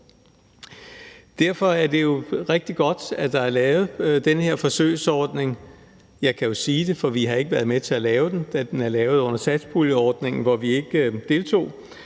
Derfor er det jo rigtig godt, at der er lavet den her forsøgsordning – og jeg kan jo sige det, for vi har ikke været med til at lave den, da den er lavet under satspuljeordningen, hvor vi ikke deltog